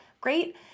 great